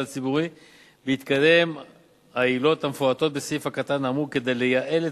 הציבורי בהתקיים העילות המפורטות בסעיף הקטן האמור כדי לייעל את